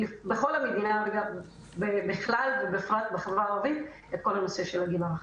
בכל המדינה בכלל ובפרט בחברה הערבית - את כל הנושא של הגיל הרך.